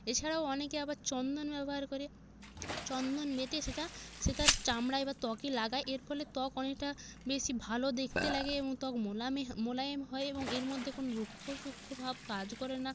এছাড়াও অনেকে আবার চন্দন ব্যবহার করে চন্দন বেটে সেটা সে তার চামড়ায় বা ত্বকে লাগায় এর ফলে ত্বক অনেকটা বেশি ভালো দেখতে লাগে এবং ত্বক মোলামি হ মোলায়েম হয় এবং এর মধ্যে কোনো রুক্ষ শুষ্ক ভাব কাজ করে না